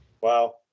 Wow